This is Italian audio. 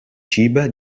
ciba